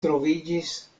troviĝis